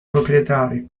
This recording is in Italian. proprietari